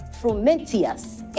Frumentius